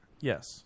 Yes